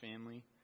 family